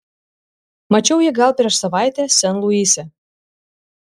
mačiau jį gal prieš savaitę sen luise